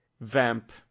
vamp